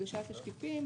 תשקיפים,